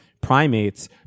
primates